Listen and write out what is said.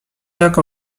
jak